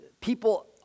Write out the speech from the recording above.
people